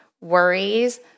worries